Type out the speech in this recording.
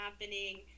happening